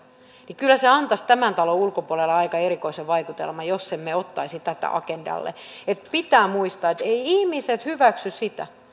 kyllä se antaisi tämän talon ulkopuolella aika erikoisen vaikutelman jos emme ottaisi tätä agendalle pitää muistaa että eivät ihmiset hyväksy sitä